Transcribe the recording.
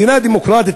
מדינה דמוקרטית,